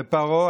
ופרעה,